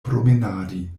promenadi